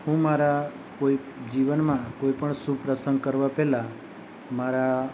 હું મારા કોઈ જીવનમાં કોઈપણ શુભ પ્રસંગ કરવા પહેલાં મારા